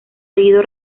seguido